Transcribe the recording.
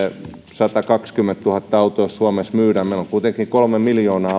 satakaksikymmentätuhatta autoa niin meillä on kuitenkin kolme miljoonaa